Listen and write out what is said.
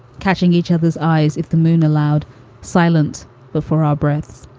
catching each other's eyes if the moon allowed silent before our breaths.